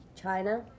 china